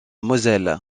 moselle